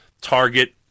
target